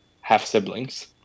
half-siblings